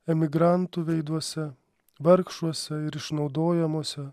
emigrantų veiduose vargšuose ir išnaudojamuose